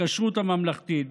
בכשרות הממלכתית,